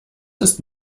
ist